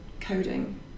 coding